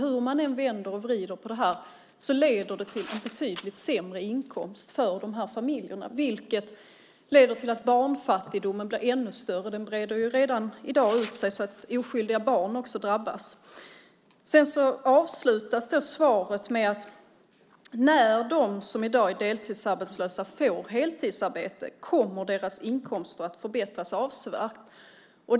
Hur man än vrider och vänder på det hela leder det till betydligt sämre inkomster för de här familjerna, vilket leder till att barnfattigdomen blir ännu större. Redan i dag breder den ut sig. Oskyldiga barn drabbas alltså. I slutet av svaret står det om att när de som i dag är deltidsarbetslösa får ett heltidsarbete kommer deras inkomster att avsevärt förbättras.